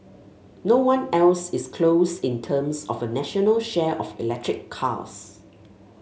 no one else is close in terms of a national share of electric cars